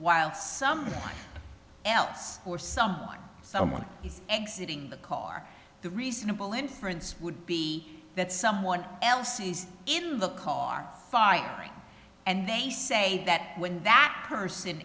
while something else or someone someone exiting the car the reasonable inference would be that someone else is in the car firing and they say that when that person